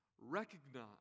recognize